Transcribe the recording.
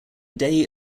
day